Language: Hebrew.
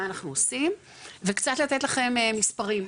מה אנחנו עושים וקצת לתת לכם מספרים,